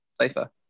safer